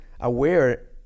aware